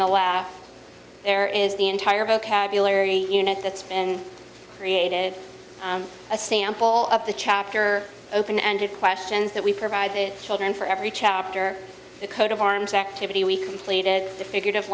the last there is the entire vocabulary unit that's been created a sample of the chapter open ended questions that we provide the children for every chapter the coat of arms activity we completed the figur